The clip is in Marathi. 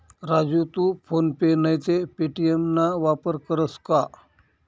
राजू तू फोन पे नैते पे.टी.एम ना वापर करस का?